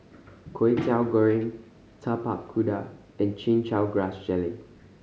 Kwetiau Goreng Tapak Kuda and Chin Chow Grass Jelly